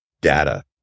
data